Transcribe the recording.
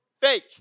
fake